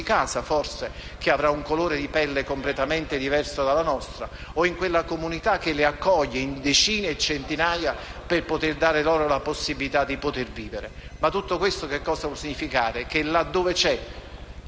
casa, forse, che avrà un colore di pelle completamente diverso dal nostro, o a quella comunità che li accoglie a centinaia, per poter dare loro la possibilità di vivere. Ma tutto questo cosa può significare? Significa